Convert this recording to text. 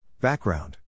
Background